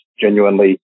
genuinely